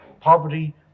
poverty